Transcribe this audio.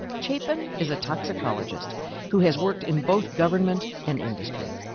chapin is a toxicologist who has worked in both government and industry.